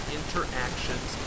interactions